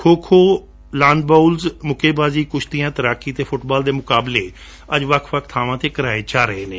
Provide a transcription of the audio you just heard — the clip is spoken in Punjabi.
ਖੋ ਖੋ ਲਾਅਨ ਬਾਉਲਸ ਮੱਕੇਬਾਜੀ ਕਸ਼ਤੀਆਂ ਤੈਰਾਕੀ ਅਤੇ ਫੱਟਬਾਲ ਦੇ ਮਕਾਬਲੇ ਅੱਜ ਵੱਖ ਵੱਖ ਬਾਵਾਂ ਤੇ ਕਰਵਾਏ ਜਾ ਰਹੇ ਨੇ